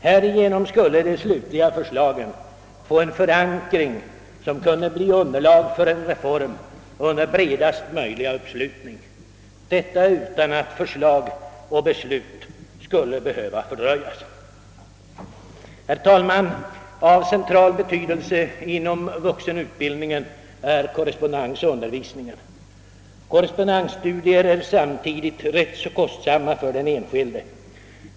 Härigenom skulle de slutliga förslagen få en förankring som kunde bli underlag för en reform med bredast möjliga uppslutning, utan att förslag och beslut skulle behöva fördröjas. Herr talman! Av central betydelse inom vuxenutbildningen är korrespondensundervisningen. Korrespondensstudier är samtidigt ganska kostsamma för den enskilde.